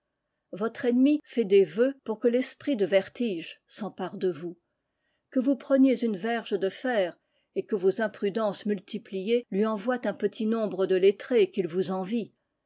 votre ennemi fait des vœux pour que l'esprit de vertige s'empare de vous que vous preniez une verge de fer et que vos imprudences multipliées lui envoient un petit nombre de lettrés qu'il vous envie